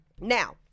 now